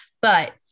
But-